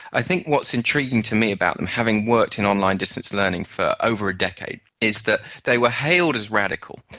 i think what's intriguing to me about them, having worked in online distance learning for over a decade, is that they were hailed as radical,